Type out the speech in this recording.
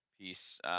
piece